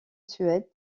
suède